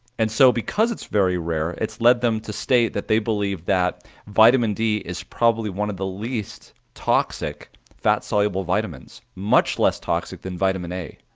and so because it's very rare. it's led them to state that they believe that vitamin d is probably one of the least toxic fat soluble vitamins, much less toxic than vitamin a,